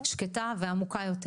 שקטה ועמוקה יותר.